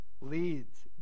leads